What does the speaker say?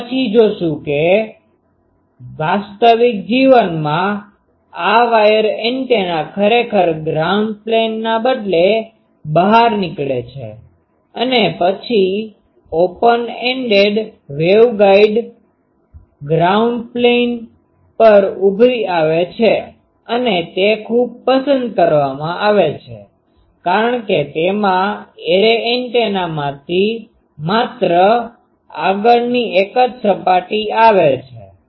આપણે પછી જોશું કે વાસ્તવિક જીવનમાં આ વાયર એન્ટેના ખરેખર ગ્રાઉન્ડ પ્લેનground planeજમીન સમતલના બદલે બહાર નીકળે છે અને પછી open ended waveguides ground plane પર ઉભરી આવે છે અને તે ખૂબ પસંદ કરવામાં આવે છે કારણ કે તેમાં એરે એન્ટેનામાંથી માત્ર આગળની એક જ સપાટી આવે છે